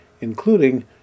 including